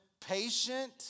patient